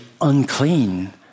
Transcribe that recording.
unclean